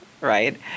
right